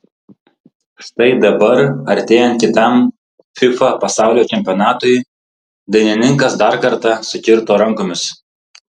štai dabar artėjant kitam fifa pasaulio čempionatui dainininkas dar kartą sukirto rankomis